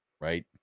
right